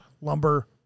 lumber